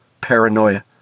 Paranoia